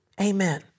Amen